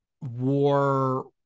war